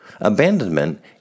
Abandonment